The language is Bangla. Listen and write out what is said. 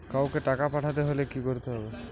কাওকে টাকা পাঠাতে হলে কি করতে হবে?